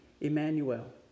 Emmanuel